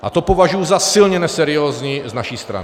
A to považuji za silně neseriózní z naší strany.